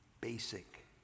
basic